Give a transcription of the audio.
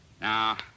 Now